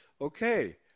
Okay